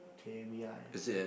okay we are at here